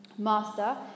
Master